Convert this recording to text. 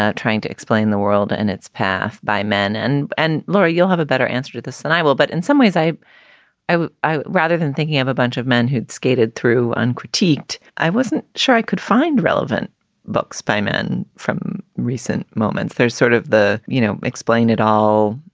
ah trying to explain the world and its path by men. and and laura, you'll have a better answer to this than i will. but in some ways, i i rather than thinking of a bunch of men who'd skated through and critiqued. i wasn't sure i could find relevant books by men from recent moments. there's sort of the, you know, explain it all.